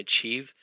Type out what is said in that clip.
achieve